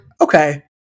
Okay